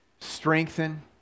strengthen